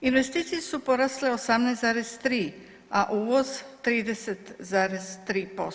Investicije su porasle 18,3, a uvoz 30,3%